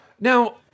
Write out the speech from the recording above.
Now